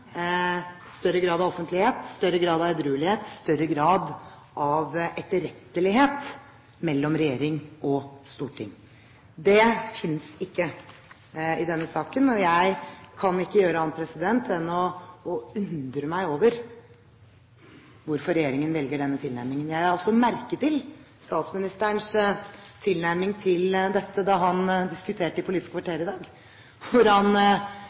større grad av offentlighet, en større grad av edruelighet, en større grad av etterrettelighet mellom regjering og storting. Det finnes ikke i denne saken, og jeg kan ikke gjøre annet enn å undre meg over hvorfor regjeringen velger denne tilnærmingen. Jeg la også merke til statsministerens tilnærming til dette da han diskuterte i Politisk kvarter i dag,